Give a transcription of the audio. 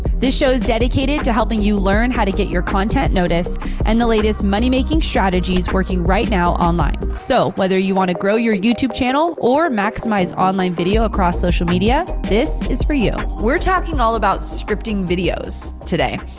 this show is dedicated to helping you learn how to get your content noticed and the latest moneymaking strategies working right now online. so, whether you wanna grow your youtube channel, or maximized online video across social media, this is for you. we're talking all about scripting videos today.